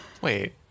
wait